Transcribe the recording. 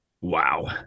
Wow